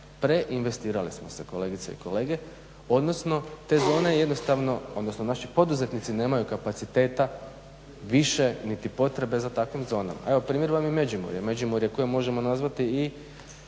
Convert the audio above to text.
Preinvestirali smo se kolegice i kolege, odnosno te zone jednostavno odnosno naši poduzetnici nemaju kapaciteta više niti potrebe za takvim zonama. Evo primjer vam je Međimurje, Međimurje koje možemo nazvati i